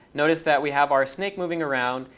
notice that we have our snake moving around.